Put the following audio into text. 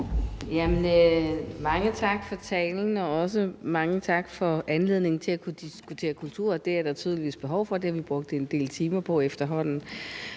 Mange tak for talen, og også mange tak for anledningen til at kunne diskutere kultur. Det er der tydeligvis behov for, og det har vi brugt en del timer på efterhånden.